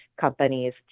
companies